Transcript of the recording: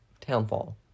Townfall